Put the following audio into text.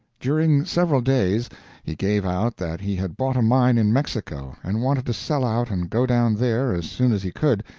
during several days he gave out that he had bought a mine in mexico, and wanted to sell out and go down there as soon as he could,